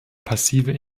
passive